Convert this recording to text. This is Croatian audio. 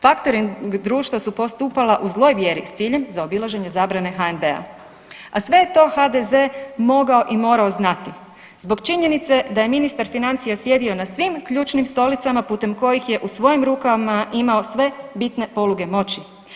Faktoring društva su postupala u zloj vjeri s ciljem zaobilaženja zabrane HNB-a, a sve je to HDZ mogao i morao znati zbog činjenice da je ministar financija sjedio na svim ključnim stolicama putem kojih je u svojim rukama imao sve bitne poluge moći.